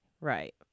Right